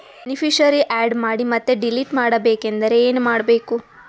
Beneficiary, add ಮಾಡಿ ಮತ್ತೆ delete ಮಾಡಬೇಕೆಂದರೆ ಏನ್ ಮಾಡಬೇಕು?